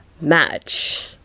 match